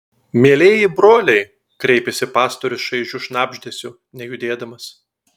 mielieji broliai kreipėsi pastorius šaižiu šnabždesiu nejudėdamas